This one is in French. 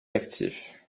actif